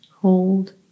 Hold